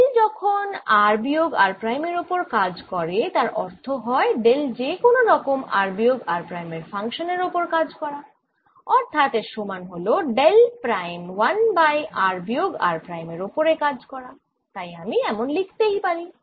del যখন r বিয়োগ r prime এর ওপরে কাজ করে তার অর্থ হয় ডেল যে কোন রকমের r বিয়োগ r প্রাইম এর ফাংশান এর ওপর কাজ করা অর্থাৎ এর সমান হল ডেল প্রাইম 1 বাই r বিয়োগ r প্রাইম এর ওপরে কাজ করা তাই আমি এমন লিখতেই পারি